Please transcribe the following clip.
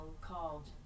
called